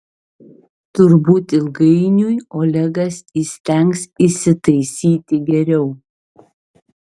turbūt ilgainiui olegas įstengs įsitaisyti geriau